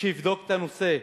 שיבדוק את הנושא.